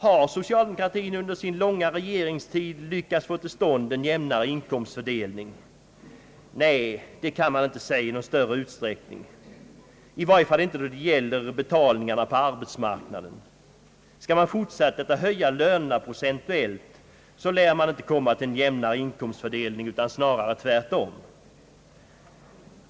Har socialdemokratin under sin långa regeringstid lyckats få till stånd en jämnare inkomstfördelning? Nej, det kan man inte säga att den gjort i någon större utsträckning, och i synnerhet inte då det gäller betalningarna på arbetsmarknaden. Skall man fortsätta att höja lönerna procentuellt, så lär man inte komma till en jämnare inkomstfördelning, utan snarare tvärtom.